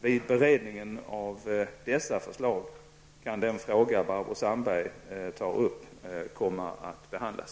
Vid beredningen av dessa förslag kan den fråga Barbro Sandberg tar upp komma att behandlas.